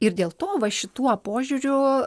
ir dėl to va šituo požiūriu